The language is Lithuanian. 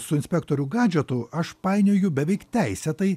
su inspektoriu gadžetu aš painioju beveik teisėtai